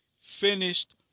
finished